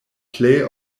plej